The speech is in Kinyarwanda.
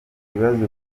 ibibazo